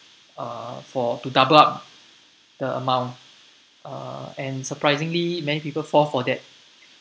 uh for to double up the amount uh and surprisingly many people fall for that